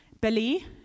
Billy